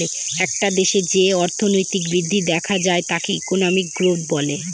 একটা দেশে যে অর্থনৈতিক বৃদ্ধি দেখা যায় তাকে ইকোনমিক গ্রোথ বলে